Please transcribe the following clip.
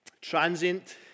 transient